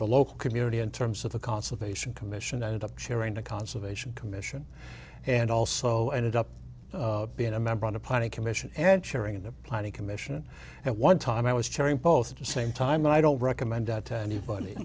of a local community in terms of the conservation commission ended up sharing the conservation commission and also ended up being a member of the planning commission and sharing in the planning commission and one time i was chairing both at the same time i don't recommend that to anybody